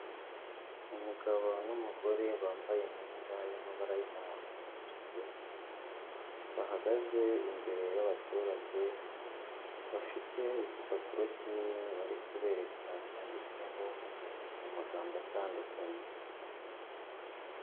Umugabo n'umugore bambaye imyenda y'amabara y'umuhondo n'umutuku, bahagaze imbere y'abaturage bafite igipapuro kinini bari kubereka cyanditseho mu magambo atandukanye.